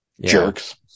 Jerks